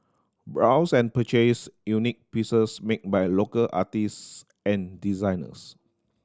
browse and purchase unique pieces make by local artists and designers